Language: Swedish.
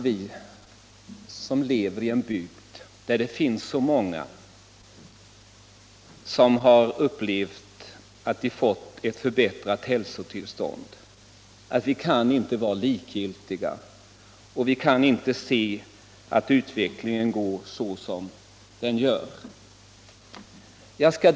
Vi som lever i en bygd där det finns så många som fått ett förbättrat hälsotillstånd genom THX kan inte vara likgiltiga när vi ser att utvecklingen går mot minskade möjligheter att få THX.